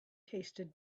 tasted